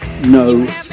no